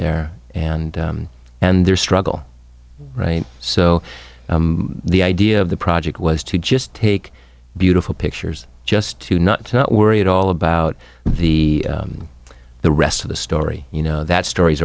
there and and their struggle right so the idea of the project was to just take beautiful pictures just to not to not worry at all about the the rest of the story you know that stor